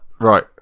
Right